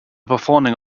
performing